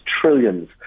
trillions